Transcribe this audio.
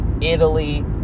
Italy